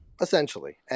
Essentially